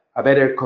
a better